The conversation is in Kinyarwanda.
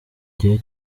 gihe